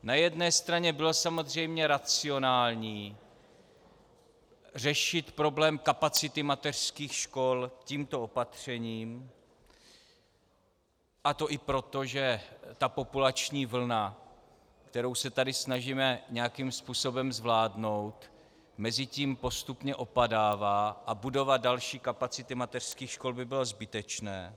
Na jedné straně bylo samozřejmě racionální řešit problém kapacity mateřských škol tímto opatřením, a to i proto, že ta populační vlna, kterou se tady snažíme nějakým způsobem zvládnout, mezitím postupně opadává a budovat další kapacity mateřských škol by bylo zbytečné.